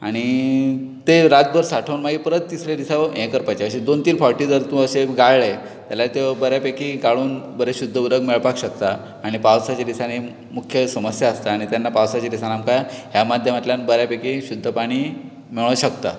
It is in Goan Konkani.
आनी तें रातभर साठोवन परत तिसरे दिसा हे करपाचें अशें दोन तीन पावटी जर तूं अशें गाळ्ळे जाल्यार त्यो बरे पेकी गाळून बरें शूध्द उदक मेळपाक शकता आनी पावसाच्या दिसांनी मुखेल समस्या आसता तेन्ना पावसाच्या दिसांनी आमकां ह्या माध्यमांतल्यान बरें पेकी शुध्द पाणी मेळोंक शकता